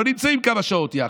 לא נמצאים כמה שעות יחד.